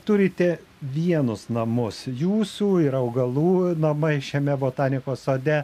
turite vienus namus jūsų ir augalų namai šiame botanikos sode